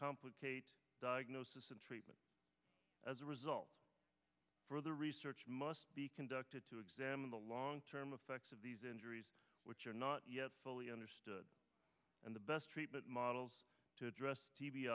complicate diagnosis and treatment as a result further research must be conducted to examine the long term effects of these injuries which are not yet fully understood and the best treatment models to address